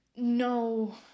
no